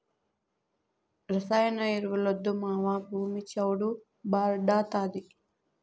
రసాయన ఎరువులొద్దు మావా, భూమి చౌడు భార్డాతాది